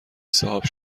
صاحب